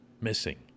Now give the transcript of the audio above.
missing